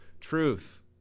truth